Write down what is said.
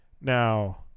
now